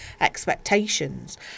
expectations